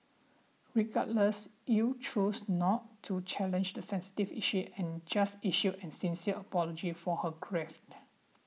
regardless ill chose not to challenge the sensitive issue and just issued a sincere apology for her gaffed